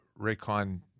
Raycon